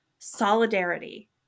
solidarity